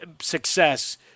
success